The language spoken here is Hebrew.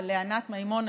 ולענת מימון,